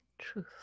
truth